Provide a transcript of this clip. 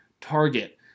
Target